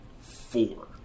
four